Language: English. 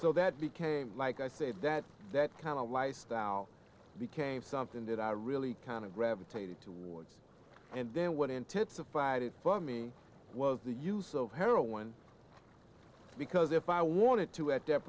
so that became like i said that that kind of lifestyle became something that i really kind of gravitated towards and then what intensified it for me was the use of heroin because if i wanted to a